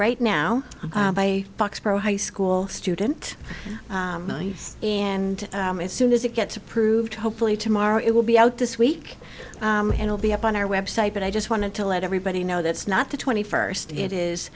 right now by fox pro high school student and as soon as it gets approved hopefully tomorrow it will be out this week and will be up on our website but i just wanted to let everybody know that's not the twenty first it is